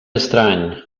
estrany